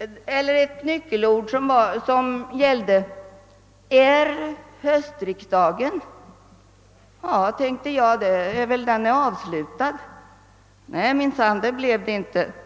att ett nyckelord gällde: Är höstriksdagen ...? Ja, tänkte jag, den är förstås avslutad. Nej, minsann, så var det inte!